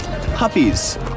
puppies